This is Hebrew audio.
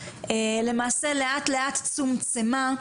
למעשה לאט לאט צומצמה.